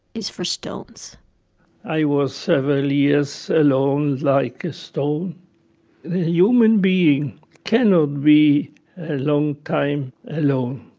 is for stones i was several years alone like a stone. the human being cannot be a long time alone,